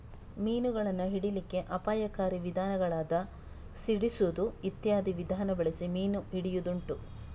ಮೀನುಗಳನ್ನ ಹಿಡೀಲಿಕ್ಕೆ ಅಪಾಯಕಾರಿ ವಿಧಾನಗಳಾದ ಸಿಡಿಸುದು ಇತ್ಯಾದಿ ವಿಧಾನ ಬಳಸಿ ಮೀನು ಹಿಡಿಯುದುಂಟು